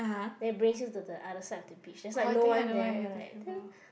then it brings you to the other side of the beach that's why no one there right then